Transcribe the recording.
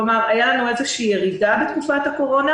כלומר הייתה לנו איזו ירידה בתקופת הקורונה